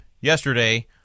yesterday